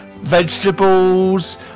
vegetables